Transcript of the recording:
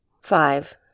Five